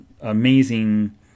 amazing